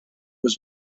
was